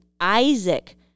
Isaac